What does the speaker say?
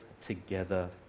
together